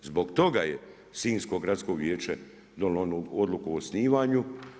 Zbog toga je sinjsko Gradsko vijeće donijelo onu odluku o osnivanju.